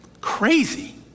Crazy